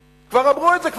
כי כבר אמרו את זה.